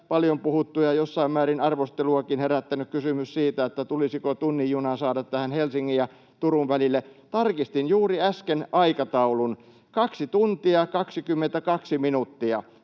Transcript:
paljon puhuttu ja jossain määrin arvosteluakin herättänyt kysymys siitä, tulisiko tunnin juna saada tähän Helsingin ja Turun välille: Tarkistin juuri äsken aikataulun, 2 tuntia 22 minuuttia